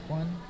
one